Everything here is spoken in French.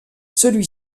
celui